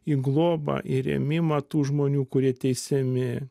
į globą ir ėmimą tų žmonių kurie teisiami